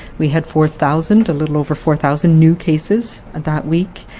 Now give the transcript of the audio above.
we had four thousand, a little over four thousand new cases that week,